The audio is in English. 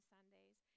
Sundays